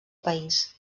país